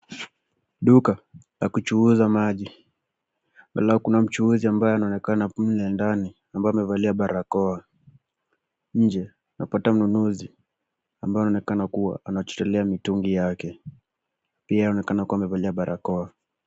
Duka la kuchuuza maji, ambapo kuna mchuuzi ambaye anaonekana mle ndani ambaye amevalia barakoa. Nje tunapata mnunuzi ambaye anaonekana kuwa anachotelea mitungi yake. Pia anaonekana kuwa amevalia barakoa.